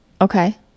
Okay